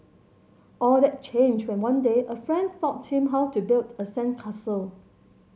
all that changed when one day a friend taught him how to build a sandcastle